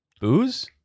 Booze